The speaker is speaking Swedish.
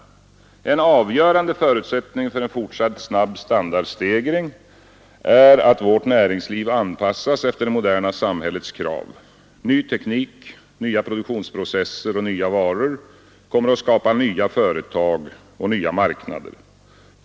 En avgörande förutsättning för en fortsatt snabb standardstegring är att vårt näringsliv anpassas efter det moderna samhällets krav. Ny teknik, nya produktionsprocesser och nya varor kommer att skapa nya företag och nya marknader.